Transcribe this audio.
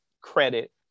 credit